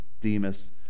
Demas